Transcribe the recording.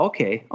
Okay